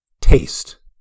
taste